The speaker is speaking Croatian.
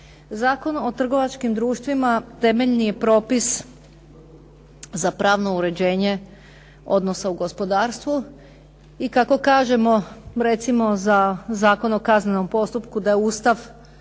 Zakon o trgovačkim društvima temeljni je propis za pravno uređenje odnosa u gospodarstvu i kako kažemo recimo za Zakon o kaznenom postupku da je Ustav